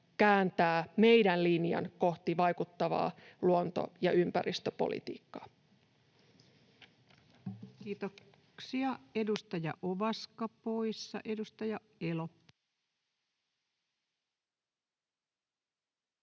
kääntää meidän linjan kohti vaikuttavaa luonto- ja ympäristöpolitiikkaa. Kiitoksia. — Edustaja Ovaska poissa. — Edustaja Elo.